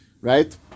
Right